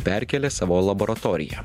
perkėlė savo laboratoriją